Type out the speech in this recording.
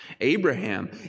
Abraham